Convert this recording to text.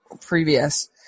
previous